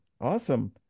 Awesome